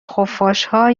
خفاشها